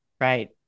Right